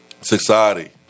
society